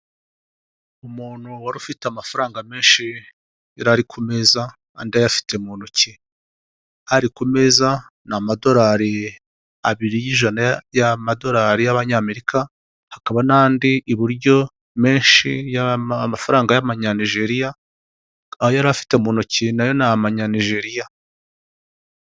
Umuntu wari ufite amafaranga menshi yari ari ku meza andi ayafite mu ntoki. Ari ku meza ni amadolari abiri y'ijana y'amadolari y'abanyamerika, hakaba n'andi iburyo menshi y'amafaranga y'amanyanijeriya. Ayo yari afite mu ntoki nayo ni amanyanijeriya.